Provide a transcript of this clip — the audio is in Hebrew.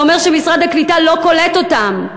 זה אומר שמשרד הקליטה לא קולט אותם.